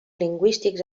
lingüístics